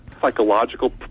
psychological